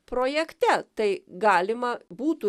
projekte tai galima būtų